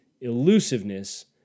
elusiveness